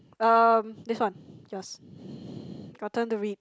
um this one yours your turn to read